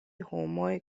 homoj